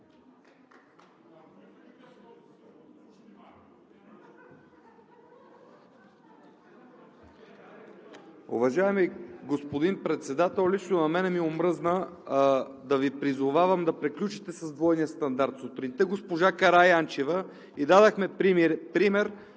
Уважаеми господин Председател, на мен ми омръзна да Ви призовавам да приключите с двойния стандарт. Сутринта на госпожа Караянчева ѝ дадохме пример